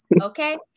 Okay